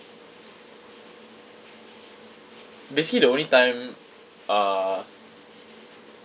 basically the only time uh